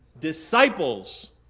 Disciples